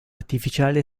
artificiale